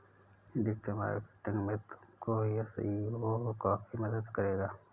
digital marketing में तुमको SEO काफी मदद करेगा